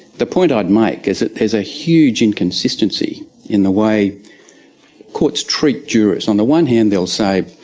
the point i'd make is that there is a huge inconsistency in the way courts treat jurors. on the one hand, they'll say,